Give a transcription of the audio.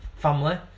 family